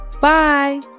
Bye